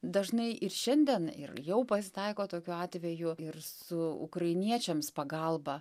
dažnai ir šiandien ir jau pasitaiko tokių atvejų ir su ukrainiečiams pagalba